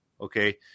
okay